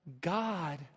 God